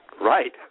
Right